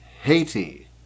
Haiti